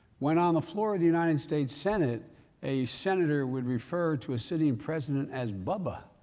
when on the floor of the united states senate a senator would refer to a sitting president as bubba,